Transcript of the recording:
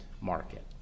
market